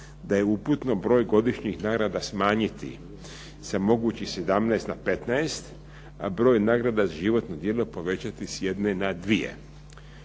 da je u uputno broj godišnjih nagrada smanjiti sa mogućih 17 na 15, a broj nagrada za životno djelo povećati s 1 na 2.